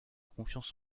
confiance